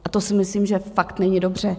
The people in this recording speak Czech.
A to si myslím, že fakt není dobře.